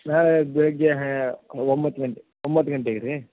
ನಾಳೆ ಬೆಳಗ್ಗೆ ಹ್ಯಾ ಒಂಬತ್ತು ಗಂಟೆ ಒಂಬತ್ತು ಗಂಟೆಗೆ ರೀ